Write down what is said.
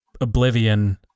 Oblivion